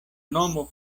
nomo